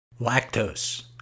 Lactose